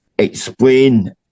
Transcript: Explain